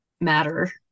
matter